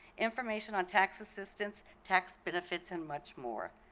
information on tax assistance, tax benefits and much more.